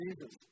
Jesus